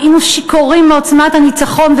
והיינו שיכורים מעוצמת הניצחון,